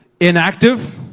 inactive